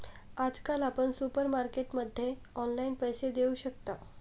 आजकाल आपण सुपरमार्केटमध्ये ऑनलाईन पैसे देऊ शकता